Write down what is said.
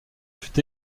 fut